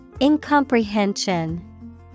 Incomprehension